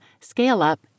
scale-up